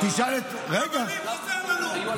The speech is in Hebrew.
רבנים חסרים לנו.